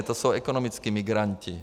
To jsou ekonomičtí migranti.